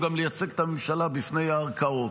הוא גם לייצג את הממשלה בפני הערכאות.